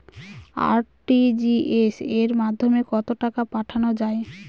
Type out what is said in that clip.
RTGS এর মাধ্যমে কত টাকা পাঠানো যায়?